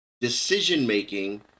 Decision-making